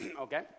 okay